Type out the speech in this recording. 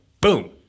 Boom